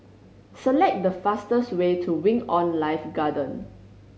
select the fastest way to Wing On Life Garden